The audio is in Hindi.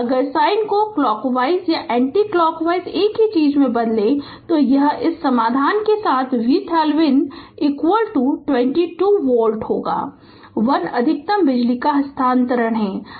अगर साइन को क्लॉकवाइज और एंटीक्लॉकवाइज एक ही चीज में बदलें तो इस समाधान के साथ VThevenin 22 वोल्ट इसलिए 1 अधिकतम बिजली हस्तांतरण RL RThevenin